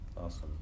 Awesome